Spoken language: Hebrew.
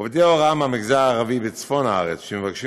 עובדי ההוראה מהמגזר הערבי בצפון הארץ שמבקשים